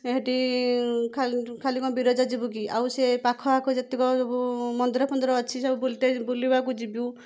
ହେଟି ଖାଲି ଖାଲି କ'ଣ ବିରଜା ଯିବୁ କି ଆଉସେ ପାଖଆଖ ଯେତିକ ସବୁ ମନ୍ଦିର ଫନ୍ଦିର ଅଛି ସବୁ ବୁଲିତେ ବୁଲିବାକୁ ଯିବୁ